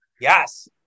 Yes